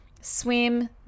Swim